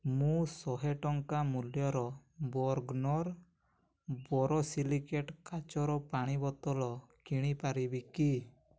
ମୁଁ ଶହେ ଟଙ୍କା ମୂଲ୍ୟର ବର୍ଗ୍ନର୍ ବୋରୋସିଲିକେଟ୍ କାଚର ପାଣି ବୋତଲ କିଣି ପାରିବି କି